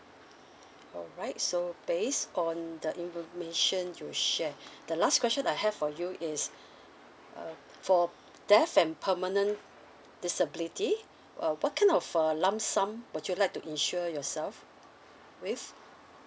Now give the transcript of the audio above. all right so based on the information you share the last question I have for you is uh for death and permanent disability uh what kind of uh lump sum would you like to insure yourself with